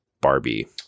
Barbie